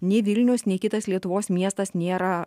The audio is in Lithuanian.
nei vilnius nei kitas lietuvos miestas nėra